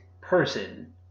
person